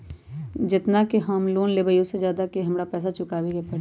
जेतना के हम लोन लेबई ओ से ज्यादा के हमरा पैसा चुकाबे के परी?